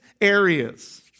areas